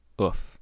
Oof